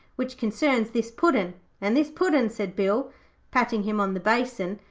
which concerns this puddin' and this puddin' said bill patting him on the basin,